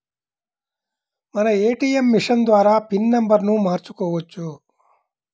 మనం ATM machine ద్వారా pin నెంబర్ను మార్చుకోవచ్చు